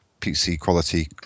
PC-quality